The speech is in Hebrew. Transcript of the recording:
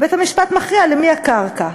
ובית-המשפט מכריע למי הקרקע.